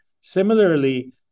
Similarly